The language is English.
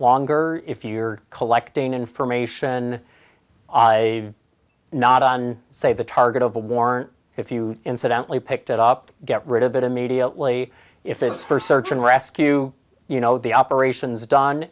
longer if you're collecting information not on say the target of a warrant if you incidentally picked it up get rid of it immediately if it's for search and rescue operations don